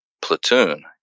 platoon